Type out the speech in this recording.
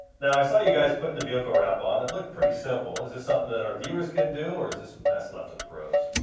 now i saw you guys putting the vehicle wrap on and it looked pretty simple. is this something that our viewers can do or is this best left to the pros?